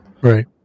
Right